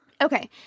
Okay